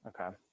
okay